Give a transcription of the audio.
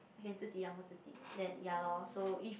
I can 自己养我自己 then ya loh so if